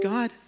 God